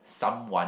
someone